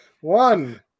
One